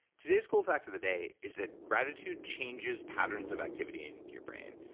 today's cool fact of the day is that gratitude changes patterns of activity in your brain.